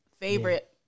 favorite